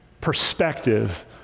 perspective